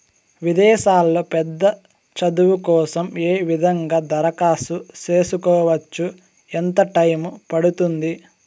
విదేశాల్లో పెద్ద చదువు కోసం ఏ విధంగా దరఖాస్తు సేసుకోవచ్చు? ఎంత టైము పడుతుంది?